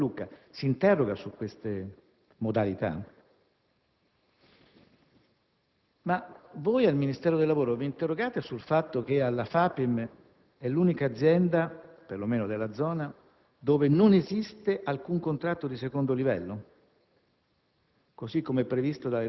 L'Ufficio del lavoro di Lucca si interroga su queste modalità? Al Ministero del lavoro vi interrogate sul fatto che la FAPIM è l'unica azienda, per lo meno della zona, dove non esiste alcun contratto di secondo livello,